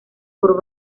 por